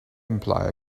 imply